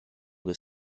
des